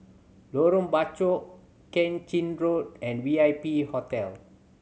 Lorong Bachok Keng Chin Road and V I P Hotel